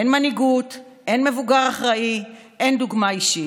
אין מנהיגות, אין מבוגר אחראי, אין דוגמה אישית.